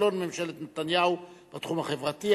כישלון ממשלת נתניהו בתחום החברתי,